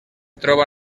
troba